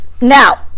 Now